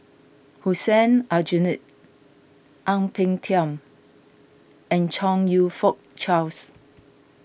Hussein Aljunied Ang Peng Tiam and Chong You Fook Charles